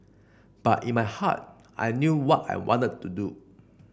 but in my heart I knew what I wanted to do